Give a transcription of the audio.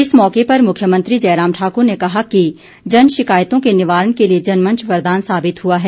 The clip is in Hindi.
इस मौके पर मुख्यमंत्री जयराम ठाकुर ने कहा कि जन शिकायतों के निवारण के लिए जनमंच वरदान साबित हुआ है